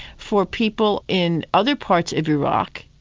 for people in other parts of iraq,